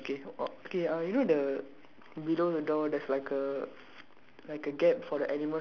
I think it's written open for me also okay o~ okay uh you know the below the door there's like a